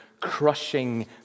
crushing